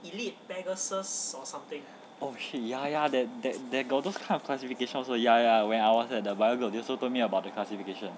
oh shit ya ya that they got those kind of classification also ya ya when I was at the bio-globe they also told me about the classification